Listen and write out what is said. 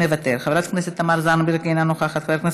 מוותר, חברת הכנסת תמר זנדברג, אינה נוכחת,